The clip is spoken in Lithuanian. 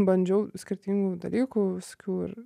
bandžiau skirtingų dalykų visokių ir